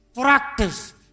Practice